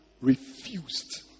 refused